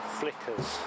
flickers